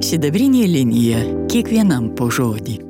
sidabrinė linija kiekvienam po žodį